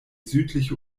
südliche